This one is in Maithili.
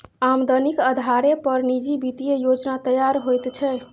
आमदनीक अधारे पर निजी वित्तीय योजना तैयार होइत छै